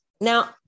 Now